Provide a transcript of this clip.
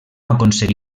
aconseguí